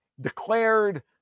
declared